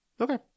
Okay